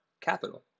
capital